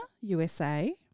USA